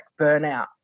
burnout